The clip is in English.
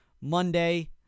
Monday